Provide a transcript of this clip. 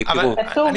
החוק הזה,